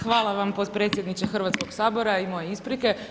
Hvala vam potpredsjedniče Hrvatskog sabora i moje isprike.